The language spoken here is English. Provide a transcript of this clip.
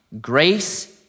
grace